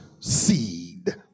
seed